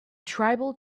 tribal